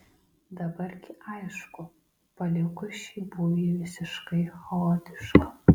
dabar gi aišku palieku šį būvį visiškai chaotišką